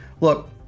look